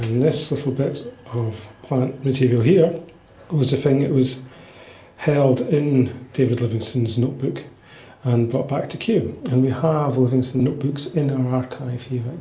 this little bit of plant material here was the thing that was held in david livingstone's notebook and brought back to kew, and we have livingstone notebooks in our archive here at